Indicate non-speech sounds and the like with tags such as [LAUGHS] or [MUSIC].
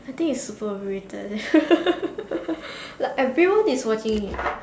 I think is super overrated leh [LAUGHS] like everyone is watching it